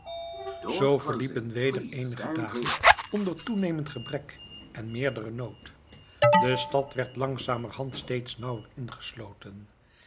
zoo verliepen weder eenige dagen onder toenemend gebrek en meerderen nood de stad werd langzamerhand steeds nauwer ingesloten